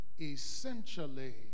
essentially